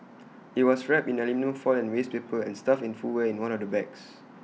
IT was wrapped in aluminium foil and waste paper and stuffed in footwear in one of the bags